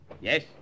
Yes